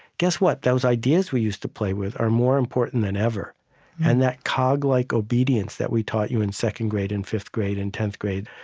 guess what those ideas we used to play with are more important than ever and that coglike obedience that we taught you in second grade and fifth grade and tenth grade,